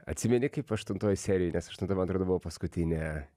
atsimeni kaip aštuntoj serijoj nes aštunta man atrodo buvo paskutinė